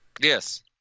Yes